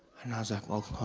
and i was like,